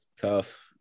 tough